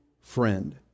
friend